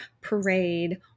parade